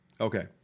Okay